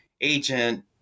agent